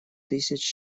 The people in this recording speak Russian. тысяч